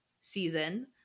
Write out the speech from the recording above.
season